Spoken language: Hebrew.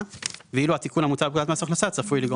ואילו התיקון המוצע בפקודת מס ההכנסה צפוי לגרום